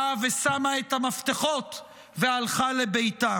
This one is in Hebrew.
באה ושמה את המפתחות והלכה לביתה?